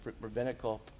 rabbinical